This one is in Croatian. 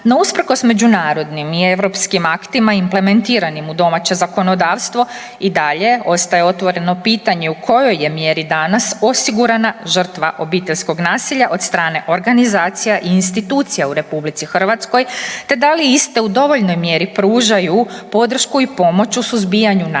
No, usprkos međunarodnim i europskim aktima implementiranim u domaće zakonodavstvo, i dalje ostaje otvoreno pitanje u kojoj je mjeri danas osigurana žrtva obiteljskog nasilja od strane organizacija i institucija u RH, te da li iste u dovoljnoj mjeri pružaju podršku i pomoć u suzbijanju nasilja